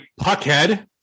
Puckhead